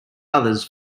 others